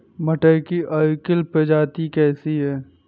मटर की अर्किल प्रजाति कैसी है?